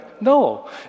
No